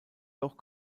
doch